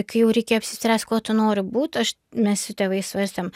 kai jau reikia apsispręst kuo tu nori būt aš mes su tėvais svarstėm